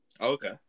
Okay